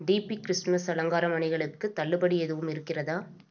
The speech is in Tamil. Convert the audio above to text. டிபி கிறிஸ்மஸ் அலங்கார மணிகளுக்கு தள்ளுபடி எதுவும் இருக்கிறதா